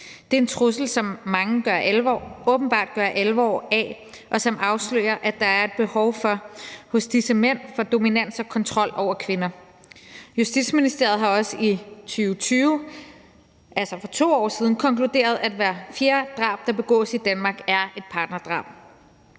Det er en trussel, som mange åbenbart gør alvor af, og som afslører, at der er et behov hos disse mænd for dominans og kontrol over kvinder. Justitsministeriet har også i 2020, altså for 2 år siden, konkluderet, at hvert fjerde drab, der begås i Danmark, er et partnerdrab.